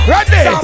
Ready